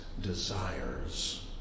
Desires